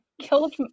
killed